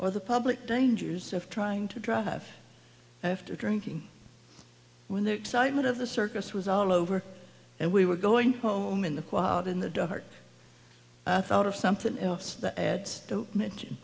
or the public dangers of trying to drive after drinking when the excitement of the circus was all over and we were going home in the quad in the dark i thought of something else the ads don't mention